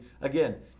again